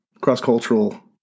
cross-cultural